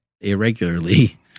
irregularly